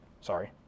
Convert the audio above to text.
sorry